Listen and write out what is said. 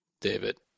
David